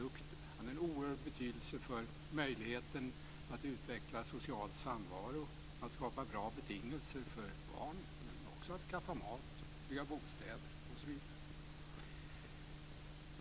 Den hade en oerhört stor betydelse för möjligheten att utveckla social samvaro, att skapa bra betingelser för barn men också för att skaffa mat, bygga bostäder, osv.